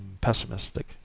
pessimistic